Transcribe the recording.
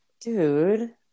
Dude